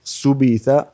subita